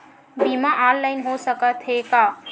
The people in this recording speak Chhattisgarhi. बीमा ऑनलाइन हो सकत हे का?